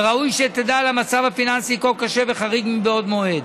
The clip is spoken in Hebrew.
וראוי שתדע על מצב פיננסי כה קשה וחריג מבעוד מועד.